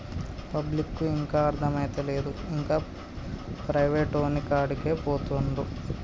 పబ్లిక్కు ఇంకా అర్థమైతలేదు, ఇంకా ప్రైవేటోనికాడికే పోతండు